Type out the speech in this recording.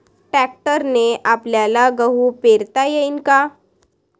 ट्रॅक्टरने आपल्याले गहू पेरता येईन का?